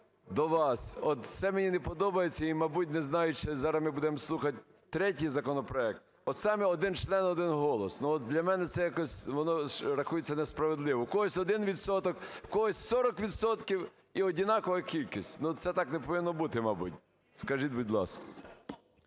до вас, от це мені не подобається, і, мабуть, не знаю, чи зараз ми будемо слухати третій законопроект, от саме один член – один голос. Ну, от для мене це якось воно рахується несправедливо. В когось - один відсоток, в когось – 40 відсотків, і однакова кількість. Ну, це так не повинно бути, мабуть, скажіть, будь ласка?